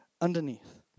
underneath